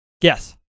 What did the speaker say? yes